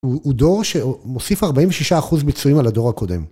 הוא דור שמוסיף 46% ביצועים על הדור הקודם.